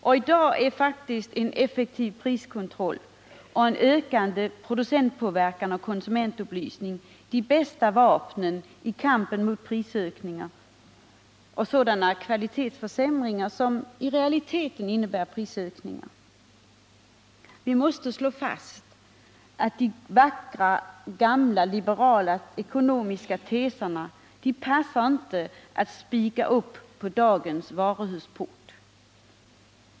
I dag är faktiskt en effektiv priskontroll och en ökande producentpåverkan och konsumentupplysning de bästa vapnen i kampen mot prisökningar och sådana kvalitetsförsämringar som i realiteten innebär prishöjningar. Vi måste slå fast att de vackra gamla liberala ekonomiska teserna inte passar att spikas upp på dagens varuhusport.